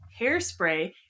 Hairspray